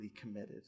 committed